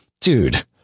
Dude